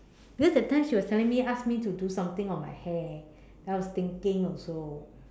then that time she was telling me ask me to do something on my hair I was thinking also